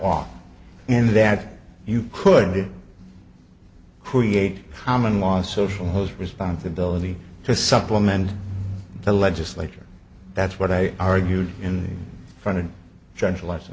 off in that you could create common law social host responsibility to supplement the legislature that's what i argued in front of judge les